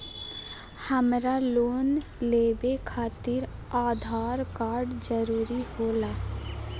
हमरा लोन लेवे खातिर आधार कार्ड जरूरी होला?